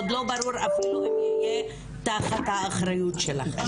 עוד לא ברור אפילו אם זה יהיה תחת האחריות שלכם.